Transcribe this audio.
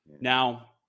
Now